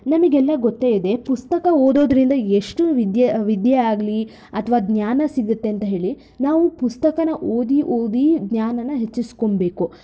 ನಮಗೆಲ್ಲಾ ಗೊತ್ತೇ ಇದೆ ಪುಸ್ತಕ ಓದೋದ್ರಿಂದ ಎಷ್ಟು ವಿದ್ಯೆ ವಿದ್ಯೆ ಆಗಲಿ ಅಥವಾ ಜ್ಞಾನ ಸಿಗತ್ತೆ ಅಂತ ಹೇಳಿ ನಾವು ಪುಸ್ತಕನ ಓದಿ ಓದಿ ಜ್ಞಾನನ ಹೆಚ್ಚಿಸ್ಕೊಬೇಕು